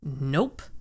Nope